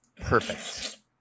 Perfect